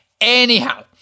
Anyhow